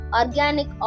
organic